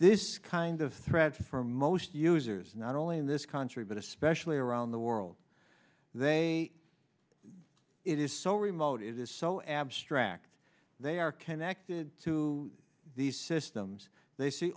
this kind of threat for most users not only in this country but especially around the world they it is so remote it is so abstract they are connected to these systems they see